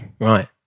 Right